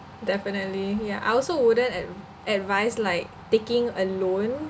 definitely yeah I also wouldn't ad~ advise like taking a loan